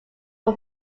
was